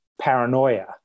paranoia